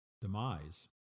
demise